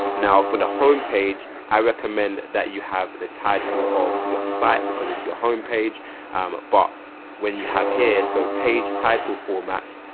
now, for the home page i recommend that you have the title of your site because it's your paige but when you have here so page title formats,